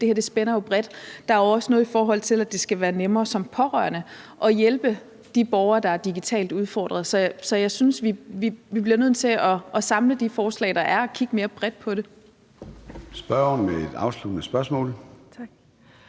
det her spænder bredt. Der er jo også noget, i forhold til at det skal være nemmere som pårørende at hjælpe de borgere, der er digitalt udfordrede. Så jeg synes, at vi bliver nødt til at samle de forslag, der er, og kigge mere bredt på det. Kl. 13:52 Formanden (Søren